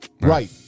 Right